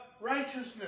righteousness